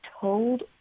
told